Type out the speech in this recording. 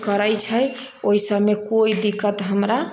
करै छै ओहिसभमे कोइ दिक्कत हमरा